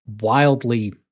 wildly